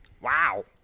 Wow